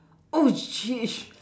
oh sheesh